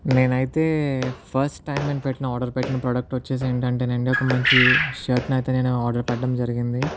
నేనైతే first time నేను పెట్టిన ఆర్డర్ పెట్టిన ప్రోడక్ట్ వచ్చేసి ఏంటంటేనండి ఒక మంచి షర్ట్ ని అయితే నేను ఆర్డర్ పెట్టడం జరిగింది